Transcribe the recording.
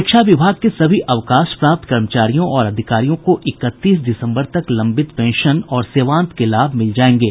शिक्षा विभाग के सभी अवकाश प्राप्त कर्मचारियों और अधिकारियों को इकतीस दिसम्बर तक लंबित पेंशन और सेवांत के लाभ मिल जायेंगे